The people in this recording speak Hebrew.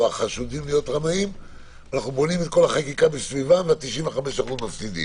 בונים את כל החקיקה סביבם ו-95% מפסידים.